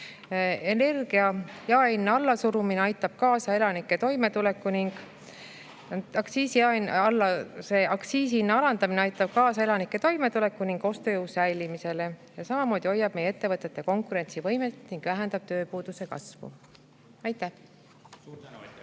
alandamine aitab kaasa elanike toimetulekule ning ostujõu säilimisele, samamoodi hoiab meie ettevõtete konkurentsivõimet ning vähendab tööpuuduse kasvu. Aitäh!